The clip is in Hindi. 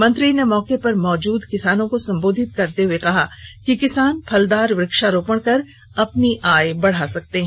मंत्री ने मौके पर मौजूद किसानों को संबोधित करते हुए कहा कि किसान फलदार वृक्षारोपण कर अपनी आय बढ़ा सकते हैं